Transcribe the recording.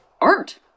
art